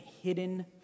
hidden